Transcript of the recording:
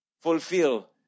fulfill